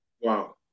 Wow